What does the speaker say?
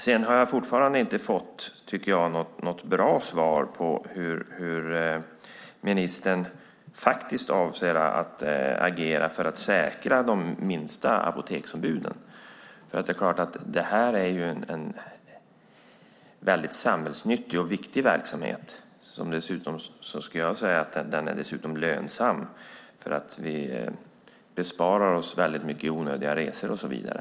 Jag tycker fortfarande inte att jag har fått något bra svar på hur ministern avser att agera för att säkra de minsta apoteksombuden. Detta är en samhällsnyttig och viktig verksamhet som dessutom är lönsam, skulle jag vilja säga. Vi besparar oss ju många onödiga resor och så vidare.